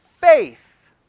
faith